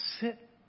sit